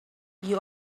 you